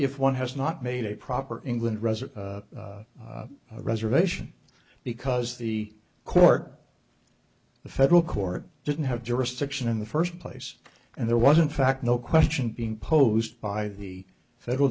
if one has not made a proper england resit reservation because the court the federal court didn't have jurisdiction in the first place and there wasn't fact no question being posed by the federal